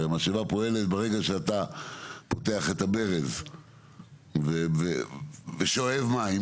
הרי משאבה פועלת ברגע שאתה פותח את הברז ושואב מים